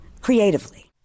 creatively